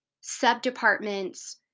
sub-departments